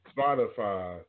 Spotify